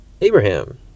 Abraham